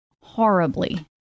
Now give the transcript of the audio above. horribly